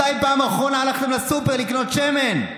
מתי בפעם האחרונה הלכתם לסופר לקנות שמן?